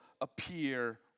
appear